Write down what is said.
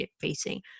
facing